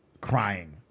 crying